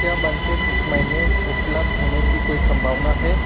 क्या बंचेज़ इस महीने उपलब्ध होने की कोई संभावना है